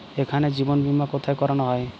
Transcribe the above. এখানে জীবন বীমা কোথায় করানো হয়?